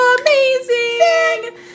amazing